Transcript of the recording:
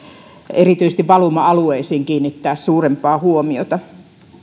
erityisesti valuma alueisiin kiinnittää suurempaa huomiota